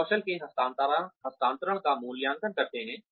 हम कौशल के हस्तांतरण का मूल्यांकन करते हैं